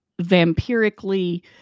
vampirically